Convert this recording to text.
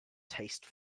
taste